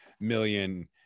million